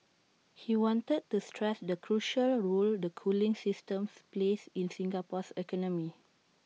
he wanted to stress the crucial role the cooling systems plays in Singapore's economy